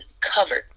covered